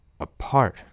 apart